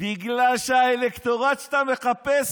בגלל שהאלקטורט שאתה מחפש,